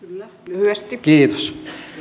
lyhyesti kiitos